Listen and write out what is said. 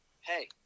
Hey